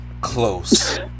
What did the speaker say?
close